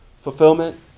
fulfillment